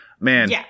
Man